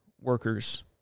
workers